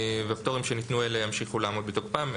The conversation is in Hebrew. והפטורים שניתנו להם ימשיכו לעמוד בתוקפם,